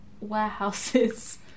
warehouses